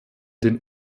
den